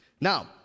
Now